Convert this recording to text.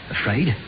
Afraid